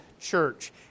church